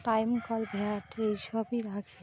time call VAT এই সবই রাখে